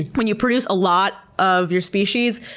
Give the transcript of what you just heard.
when you produce a lot of your species,